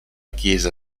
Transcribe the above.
chiesa